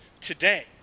today